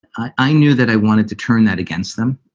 i i knew that i wanted to turn that against them.